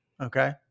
Okay